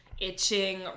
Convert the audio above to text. Itching